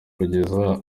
kugeza